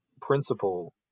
principle